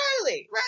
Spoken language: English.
riley